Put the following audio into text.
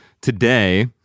today